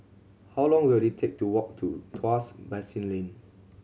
how long will it take to walk to Tuas Basin Lane